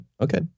Okay